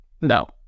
No